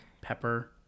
Pepper